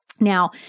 Now